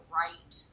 right